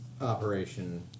operation